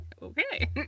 okay